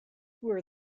were